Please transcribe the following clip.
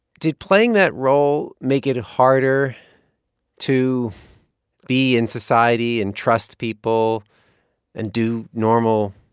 did playing that role make it harder to be in society and trust people and do normal,